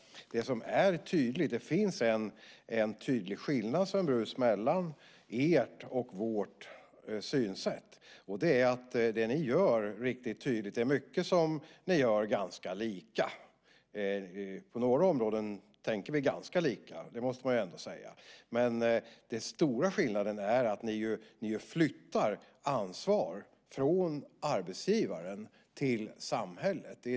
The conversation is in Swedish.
Det finns en tydlig skillnad, Sven Brus, mellan ert och vårt synsätt. På några områden tänker vi ganska lika, det måste man säga, men den stora skillnaden är att ni flyttar ansvaret från arbetsgivaren till samhället.